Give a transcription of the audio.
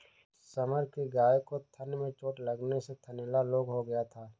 summer की गाय को थन में चोट लगने से थनैला रोग हो गया था